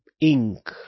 ink